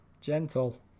Gentle